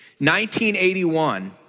1981